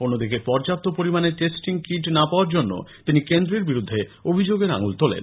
অন্যদিকে পর্যাপ্ত পরিমাণ টেস্টিং কিট না পাওয়ার জন্য তিনি কেন্দ্রের বিরুদ্ধে অভিযোগের আঙুল তুলেছেন